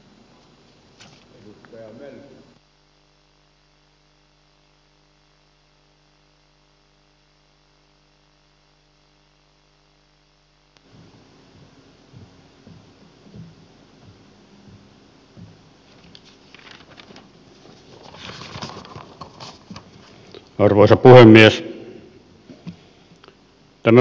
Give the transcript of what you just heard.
arvoisa puhemies